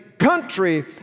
country